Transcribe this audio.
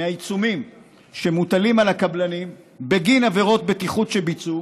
מהעיצומים שמוטלים על הקבלנים בגין עבירות בטיחות שבוצעו,